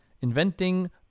inventing